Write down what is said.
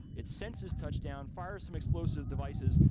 it senses touchdown, fires some explosive devices,